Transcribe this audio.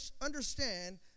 understand